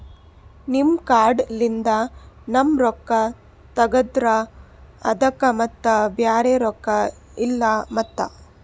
ನಿಮ್ ಕಾರ್ಡ್ ಲಿಂದ ನಮ್ ರೊಕ್ಕ ತಗದ್ರ ಅದಕ್ಕ ಮತ್ತ ಬ್ಯಾರೆ ರೊಕ್ಕ ಇಲ್ಲಲ್ರಿ ಮತ್ತ?